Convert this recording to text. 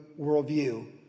worldview